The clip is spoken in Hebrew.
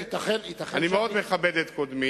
אני מאוד מכבד את קודמי,